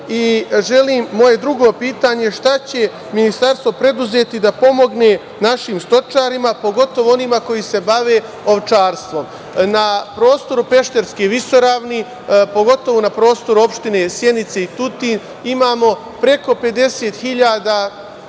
moje drugo pitanje, šta će Ministarstvo preduzeti da pomogne našim stočarima, pogotovo onima koji se bave ovčarstvom? Na prostoru Pešterske visoravni, pogotovo na prostoru opština Sjenice i Tutin imamo preko 50.000 jagnjadi,